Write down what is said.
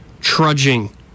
trudging